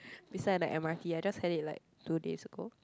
beside the M_R_T I just had it like two days ago